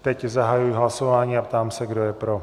Teď zahajuji hlasování a ptám se, kdo je pro.